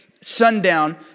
sundown